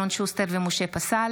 אלון שוסטר ומשה פסל